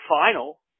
final